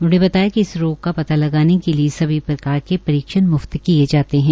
उन्होंने बताया कि इस रोग का पता लगाने के लिए सभी प्रकार के परीक्षण म्फ्त किए जाते है